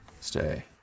stay